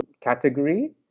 category